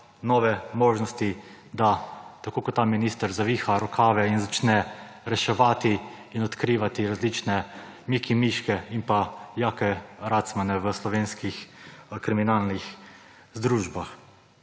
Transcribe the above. nove možnosti, da tako kot ta minister zaviha rokave in začne reševati in odkrivati različne Miki Miške in pa Jake Racmane v slovenskih kriminalnih združbah.